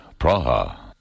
Praha